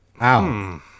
Wow